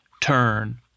Turn